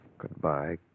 Goodbye